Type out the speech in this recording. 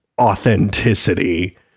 authenticity